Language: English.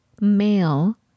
male